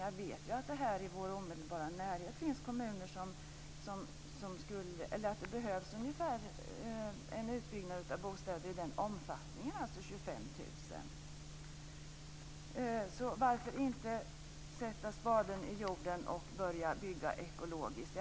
Jag vet ju att det i vår omedelbara närhet finns kommuner där det behövs en utbyggnad av bostäder i omfattningen 25 000. Så varför inte sätta spaden i jorden och börja bygga ekologiskt?